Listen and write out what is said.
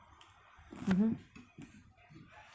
mmhmm